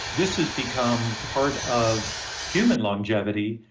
this has become part of human longevity,